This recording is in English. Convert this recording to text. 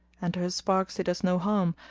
and her sparks did us no harm,